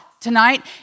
tonight